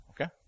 okay